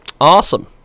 Awesome